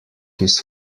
his